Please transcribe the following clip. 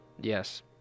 Yes